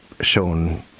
shown